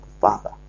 Father